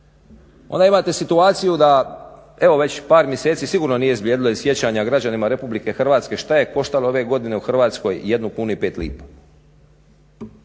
Onda imate situaciju da evo već par mjeseci sigurno nije izblijedio iz sjećanja građanima RH što je koštalo ove godine u Hrvatskoj